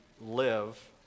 live